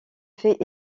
fait